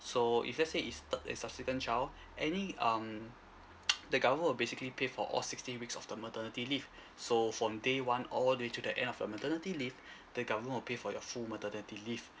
so if let's say is third and subsequent child any um the government will basically pay for all sixteen weeks of the maternity leave so from day one all the way to the end of your maternity leave the government will pay for your full maternity leave